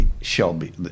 Shelby